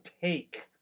take